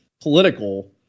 political